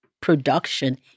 production